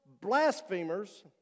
blasphemers